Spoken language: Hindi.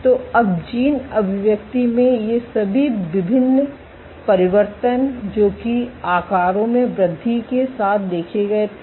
तो अब जीन अभिव्यक्ति में ये सभी विभिन्न परिवर्तन जो कि आकारों में वृद्धि के साथ देखे गए थे